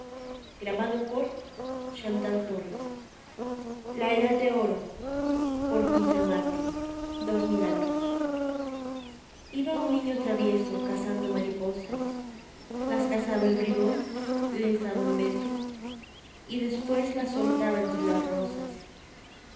criminales dos milagros p iba un niño travieso cazando mariposas las cazaba el bribón les daba un beso y después las soltaba entre las rosas